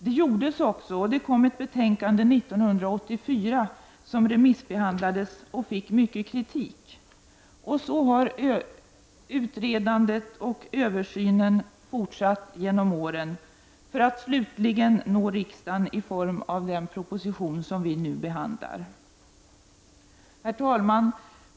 Det gjordes också, och det kom ett betänkande 1984 som remissbehandlades och fick mycket kritik, och så har utredandet och översynen fortsatt genom åren för att slutligen nå riksdagen i form av den proposition som vi nu behandlar. Herr talman!